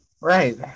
Right